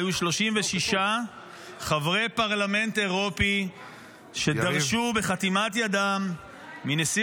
היו 36 חברי פרלמנט אירופי שדרשו בחתימת ידם מנשיא